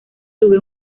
tuve